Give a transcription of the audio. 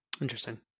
interesting